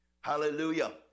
Hallelujah